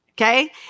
okay